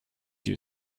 you